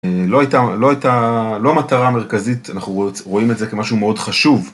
לא המטרה המרכזית, אנחנו רואים את זה כמשהו מאוד חשוב.